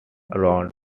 round